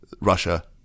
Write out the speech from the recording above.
Russia